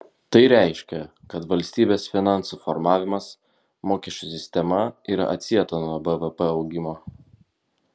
tai reiškia kad valstybės finansų formavimas mokesčių sistema yra atsieta nuo bvp augimo